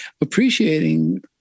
appreciating